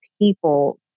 people